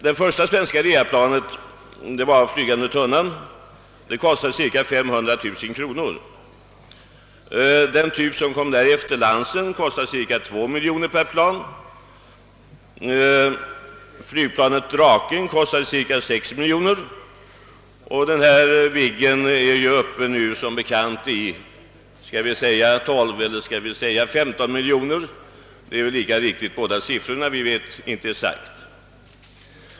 Det första svenska reaplanet, Flygande tunnan, kostade cirka 500 000 kronor, den typ som kom därefter, Lansen, cirka 2 miljoner kronor, Draken 6 miljoner kronor och Viggen är nu som bekant uppe i 12 eller 15 miljoner kronor. Båda siffrorna kan vara riktiga ty vi vet inte exakt vad kostnaden blir.